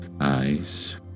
eyes